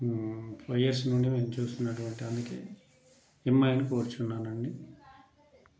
five years నుండి మేము చూస్తున్నటువంటి దానికి ఎంఐనే కోరుతున్నాను అండి